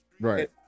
Right